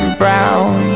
brown